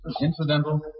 incidental